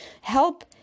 help